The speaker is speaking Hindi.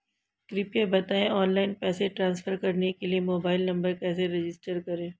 कृपया बताएं ऑनलाइन पैसे ट्रांसफर करने के लिए मोबाइल नंबर कैसे रजिस्टर करें?